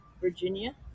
Virginia